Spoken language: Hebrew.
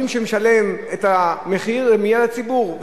מי שמשלם את המחיר זה הציבור,